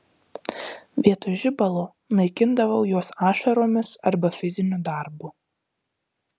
vietoj žibalo naikindavau juos ašaromis arba fiziniu darbu